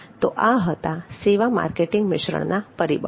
તો આ હતા સેવા માર્કેટિંગ મિશ્રણના પરિબળો